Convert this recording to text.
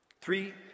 Three